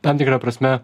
tam tikra prasme